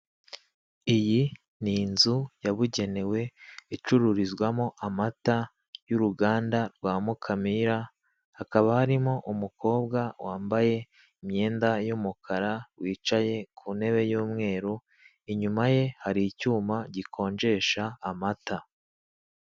Iyi ni inzu yabugenewe icururizwamo amata y'uruganda rwa mukamira hakaba harimo umukobwa wambaye imyenda y'umukara wicaye kuntebe y'umweru inyuma ye hari icyuma gikonjesha amata.